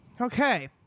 Okay